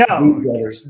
No